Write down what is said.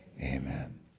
amen